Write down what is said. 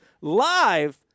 live